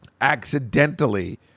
Accidentally